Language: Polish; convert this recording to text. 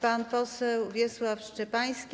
Pan poseł Wiesław Szczepański.